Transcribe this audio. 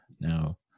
Now